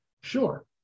Sure